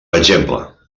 exemple